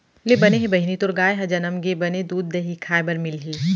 ले बने हे बहिनी तोर गाय ह जनम गे, बने दूद, दही खाय बर मिलही